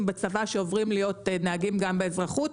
בצבא עוברים להיות נהגים גם באזרחות.